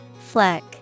Fleck